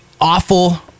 awful